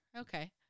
Okay